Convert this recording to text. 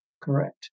Correct